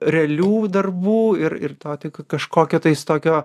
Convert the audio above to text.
realių darbų ir ir to tik kažkokio tai tokio